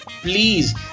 Please